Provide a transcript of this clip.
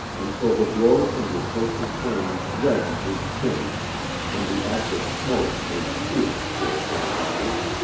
until the glow from the approaching flames reddened his skin and the acrid smoke made tears flow from his eyes.